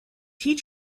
teach